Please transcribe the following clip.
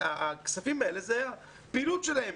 הכספים האלה זה הפעילות שלהם.